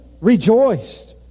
rejoiced